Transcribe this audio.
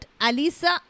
Alisa